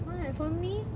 smart for me